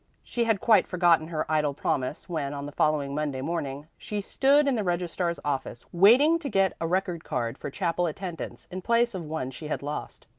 she had quite forgotten her idle promise when, on the following monday morning, she stood in the registrar's office, waiting to get a record card for chapel attendance in place of one she had lost.